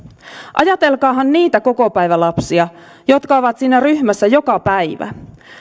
ajatelkaahan niitä kokopäivälapsia jotka ovat siinä ryhmässä joka päivä